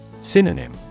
Synonym